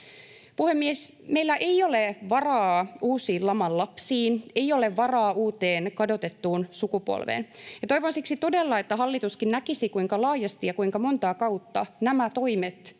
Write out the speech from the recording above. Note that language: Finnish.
Puhemies! Meillä ei ole varaa uusiin laman lapsiin, ei ole varaa uuteen kadotettuun sukupolveen, ja toivon siksi todella, että hallituskin näkisi, kuinka laajasti ja kuinka montaa kautta nämä toimet nuoriin